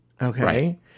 okay